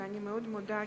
ואני מאוד מודה.